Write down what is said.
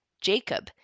jacob